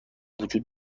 وجود